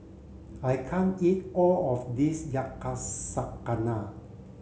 I can't eat all of this Yakizakana